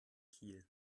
kiel